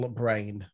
brain